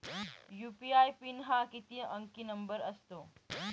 UPI PIN हा किती अंकी नंबर असतो?